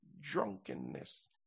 drunkenness